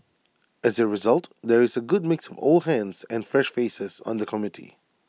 as A result there is A good mix of old hands and fresh faces on the committee